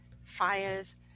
fires